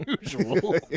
usual